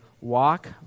walk